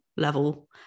level